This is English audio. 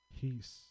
Peace